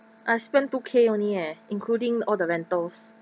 I spend two K only eh including all the rentals